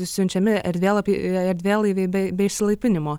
siunčiami ir erdvėlapiai erdvėlaiviai be be išsilaipinimo